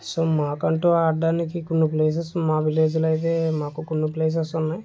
so మాకంటు ఆడటానికి కొన్ని ప్లేసెస్ మా విలేజ్లో అయితే మాకు కొన్నిప్లేసెస్ ఉన్నాయి